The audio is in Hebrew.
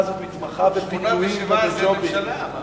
מתברר שהממשלה הזו מתמחה בפיתויים ובג'ובים.